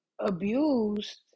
abused